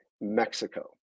Mexico